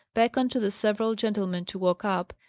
beckoned to the several gentlemen to walk up,